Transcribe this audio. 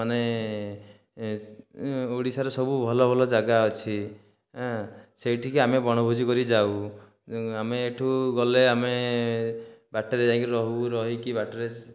ମାନେ ଓଡ଼ିଶାର ସବୁ ଭଲ ଭଲ ଜାଗା ଅଛି ସେଇଠିକି ଆମେ ବଣଭୋଜି କରି ଯାଉ ଆମେ ଏଠୁ ଗଲେ ଆମେ ବାଟରେ ଯାଇକି ରହୁ ରହିକି ବାଟରେ